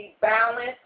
balance